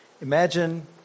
Imagine